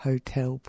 Hotel